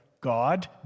God